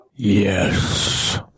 Yes